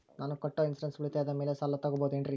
ನಾನು ಕಟ್ಟೊ ಇನ್ಸೂರೆನ್ಸ್ ಉಳಿತಾಯದ ಮೇಲೆ ಸಾಲ ತಗೋಬಹುದೇನ್ರಿ?